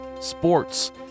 sports